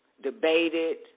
debated